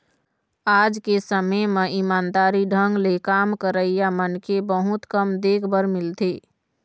आज के समे म ईमानदारी ढंग ले काम करइया मनखे बहुत कम देख बर मिलथें